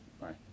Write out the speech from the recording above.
Bye